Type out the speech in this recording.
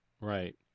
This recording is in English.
right